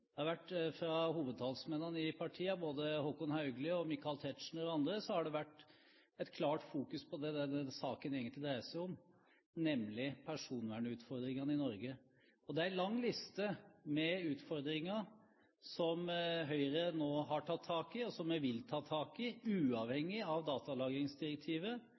har det vært en klar fokusering på det denne saken egentlig dreier seg om, nemlig personvernutfordringene i Norge. Det er en lang liste med utfordringer som Høyre nå har tatt tak i, og som vi vil ta tak i uavhengig av datalagringsdirektivet.